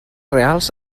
reals